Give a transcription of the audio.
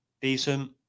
decent